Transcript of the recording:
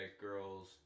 girls